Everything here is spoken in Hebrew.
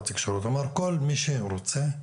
אמר, כל מי שרוצה,